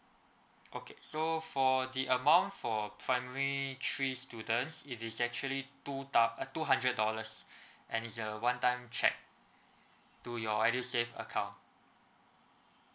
okay so for the amount for primary three students it is actually two thou~ two hundred dollars and is a one time check to your edusave account